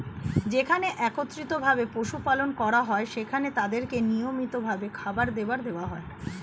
যেখানে একত্রিত ভাবে পশু পালন করা হয়, সেখানে তাদেরকে নিয়মিত ভাবে খাবার দেওয়া হয়